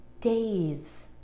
days